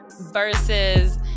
versus